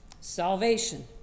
salvation